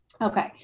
Okay